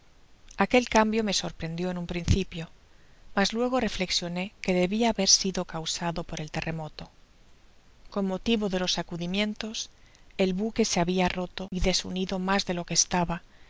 aquel cambio me sorprendió en un principio mas luego reflexioné que debia haber sido cajusado por el terremoto con motivo de los sacudimientos el buque se habia roto y desunido mas de lo que estaba